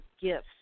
gifts